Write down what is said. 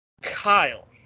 Kyle